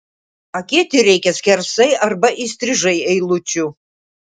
akėti reikia skersai arba įstrižai eilučių